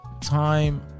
time